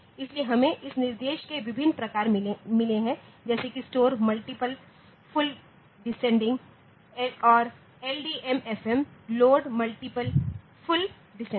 इसलिए हमें इस निर्देश के विभिन्न प्रकार मिले हैं जैसे कि स्टोर मल्टीपल फुल डिसेंडिंग और LDMFM load multiple full descending